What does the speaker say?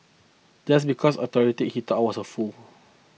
just because I tolerated he thought I was a fool